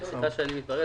סליחה אני מתערב,